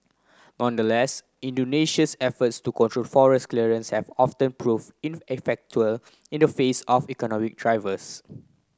nonetheless Indonesia's efforts to control forest clearance have often prove in the face of economic drivers